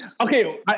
Okay